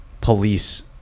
police